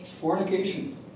Fornication